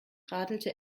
radelte